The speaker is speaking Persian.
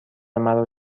مرا